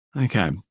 Okay